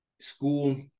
school